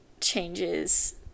changes